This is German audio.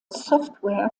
software